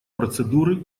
процедуры